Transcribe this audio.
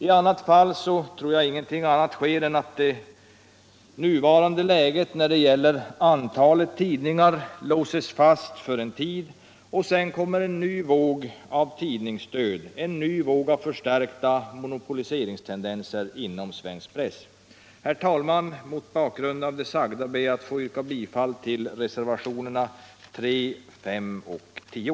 I annat fall tror jag att ingenting annat sker än att det nuvarande läget när det gäller antalet tidningar låses fast för en tid, och sedan kommer en ny våg av tidningsdöd, en ny våg av förstärkta monopoliseringstendenser inom svensk press. Herr talman! Mot bakgrund av det sagda ber jag att få yrka bifall till reservationerna 3, 5 och 10.